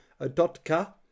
Adotka